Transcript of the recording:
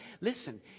Listen